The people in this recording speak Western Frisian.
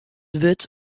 wurd